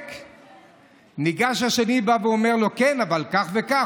כנס שקוראים לו: כנס חירום,